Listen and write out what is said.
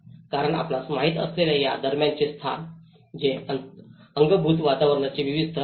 कारण आपणास माहित असलेल्या या दरम्यानचे स्थान हे अंगभूत वातावरणाचे विविध स्तर आहेत